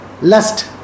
Lust